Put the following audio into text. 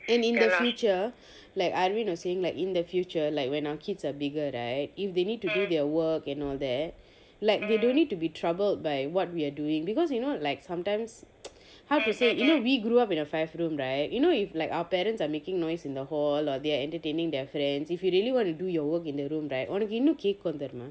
and in the future like arwin was saying like in the future like when our kids are bigger right if they need to do their work and all that like they don't need to be troubled by what we are doing because you know like sometimes how to say you know we grow up in a five room right you know if our parents are making noise in the hall or they are entaining their friends if you really want to do your work in the room right ஒனக்கு இன்னைக்கே வந்துரனும்:onakku innaike vanthuranum